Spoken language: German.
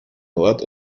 nord